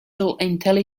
dynamically